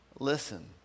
Listen